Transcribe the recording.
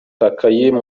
takayuki